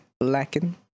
lacking